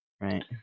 right